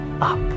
up